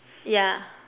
yeah